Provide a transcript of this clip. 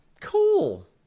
Cool